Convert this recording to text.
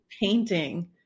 painting